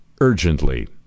urgently